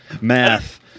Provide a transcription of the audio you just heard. Math